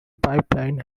pipeline